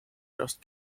just